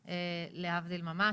כן, להבדיל ממש.